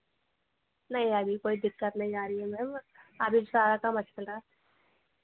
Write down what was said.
नहीं अभी कोई दिक्कत नहीं आ रही मैम अभी सारा काम अच्छे से चल रहा है